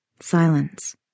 Silence